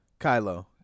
Kylo